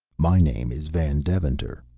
my name is van deventer,